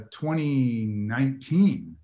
2019